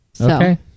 okay